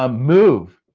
um move.